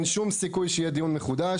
אין שום סיכוי שיהיה דיון מחודש.